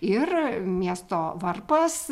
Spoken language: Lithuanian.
ir miesto varpas